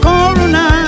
Corona